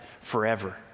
forever